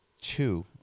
two